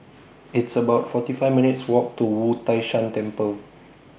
It's about forty five minutes' Walk to Wu Tai Shan Temple